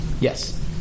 Yes